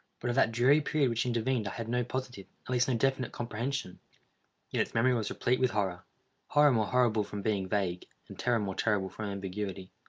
but of that dreary period which intervened i had no positive, at least no definite comprehension. yet its memory was replete with horror horror more horrible from being vague, and terror more terrible from ambiguity.